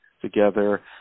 together